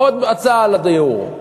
עוד הצעה לדיור,